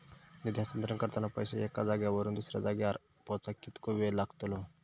निधी हस्तांतरण करताना पैसे एक्या जाग्यावरून दुसऱ्या जाग्यार पोचाक कितको वेळ लागतलो?